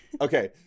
Okay